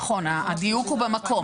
הדיוק הוא במקום.